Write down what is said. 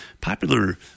popular